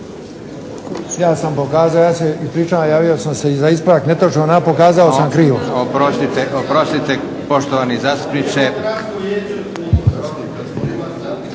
Ja sam pokazao, ja se ispričavam javio sam se za ispravak netočnog navoda, pokazao sam krivo. **Leko, Josip (SDP)** Oprostite poštovani zastupniče.